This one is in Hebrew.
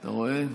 אתה רואה?